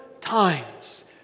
times